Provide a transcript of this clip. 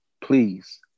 please